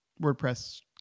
WordPress